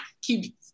keep